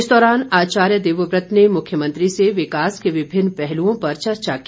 इस दौरान आचार्य देवव्रत ने मुख्यमंत्री से विकास के विभिन्न पहलुओं पर चर्चा की